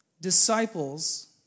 disciples